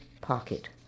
pocket